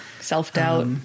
Self-doubt